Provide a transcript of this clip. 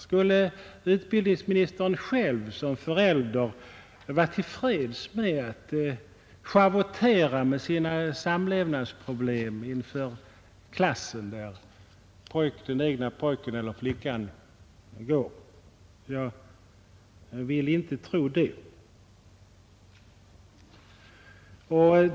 Skulle utbildningsministern själv som förälder vara till freds med att få schavottera med sina samlevnadsproblem inför den klass där den egna pojken eller flickan går? Jag tror knappast det!